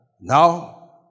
Now